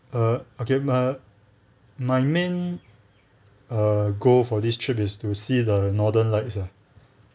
err okay um err my main err goal for this trip is to see the northern lights ah